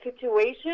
situation